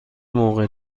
موقع